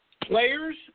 Players